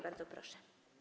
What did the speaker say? Bardzo proszę.